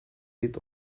dit